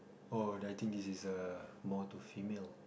oh I think this is a more to female